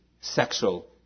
sexual